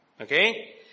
Okay